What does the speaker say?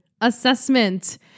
assessment